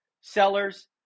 sellers